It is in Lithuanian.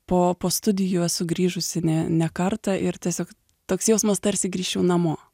po po studijų esu grįžusi ne ne kartą ir tiesiog toks jausmas tarsi grįžčiau namo